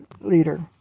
leader